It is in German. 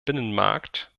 binnenmarkt